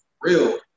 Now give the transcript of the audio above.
real